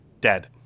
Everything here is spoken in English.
dead